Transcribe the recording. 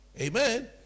Amen